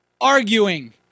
arguing